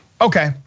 Okay